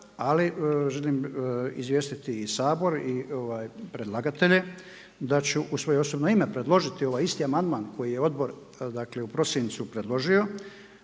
Ali želim izvijestiti i Sabor i predlagatelje da ću u svoje osobno ime predložiti ovaj isti amandman koji je odbor, dakle u prosincu predložio